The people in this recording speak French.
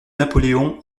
napoléon